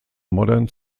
modern